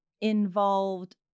involved